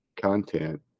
content